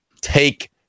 take